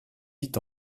vit